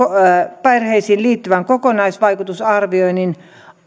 lapsiperheisiin liittyvän kokonaisvaikutusarvioinnin